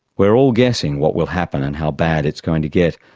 we're all guessing what will happen and how bad it's going to get.